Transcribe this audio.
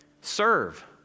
serve